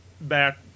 back